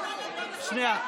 הממשלה תומכת.